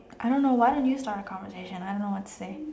I don't know why don't you start a conversation I don't know what to say